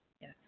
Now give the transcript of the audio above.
Yes